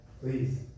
please